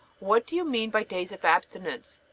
what do you mean by days of abstinence?